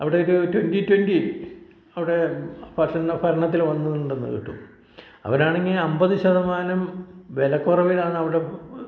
അവിടെയൊക്കെ twenty twenty അവിടെ ഭഷണ ഭരണത്തിൽ വന്നിട്ടുണ്ടെന്ന് കേട്ടു അവരാണെങ്കിൽ അമ്പത് ശതമാനം വിലക്കുറവിലാണ് അവിടെ